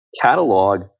catalog